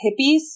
hippies